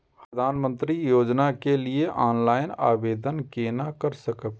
हम प्रधानमंत्री योजना के लिए ऑनलाइन आवेदन केना कर सकब?